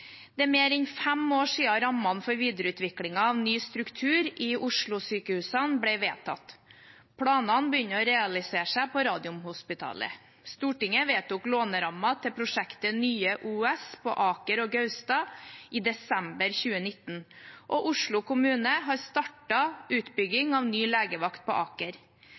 Det er mer enn fem år siden rammene for videreutviklingen av ny struktur i Oslo-sykehusene ble vedtatt. Planene begynner å realisere seg på Radiumhospitalet. Stortinget vedtok lånerammen til prosjektet Nye OUS på Aker og Gaustad i desember 2019, og Oslo kommune har startet utbygging av ny legevakt på Aker.